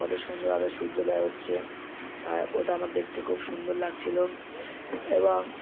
কতো সুন্দরভাবে সূর্যোদয় হচ্ছে তায় ওটা আমার দেখতে খুব সুন্দর লাগছিলো এবং